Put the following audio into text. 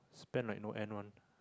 spend like no end one